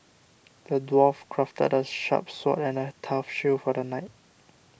the dwarf crafted a sharp sword and a tough shield for the knight